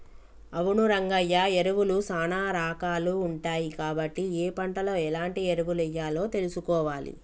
అవును రంగయ్య ఎరువులు సానా రాకాలు ఉంటాయి కాబట్టి ఏ పంటలో ఎలాంటి ఎరువులెయ్యాలో తెలుసుకోవాలి